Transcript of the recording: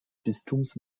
bistums